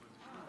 להתחיל